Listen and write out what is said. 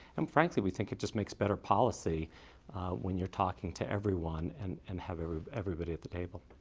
and frankly, we think it just makes better policy when you're talking to everyone and and have everybody at the table.